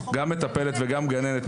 גם מטפלת וגם גננת,